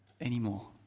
anymore